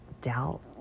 doubt